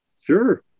Sure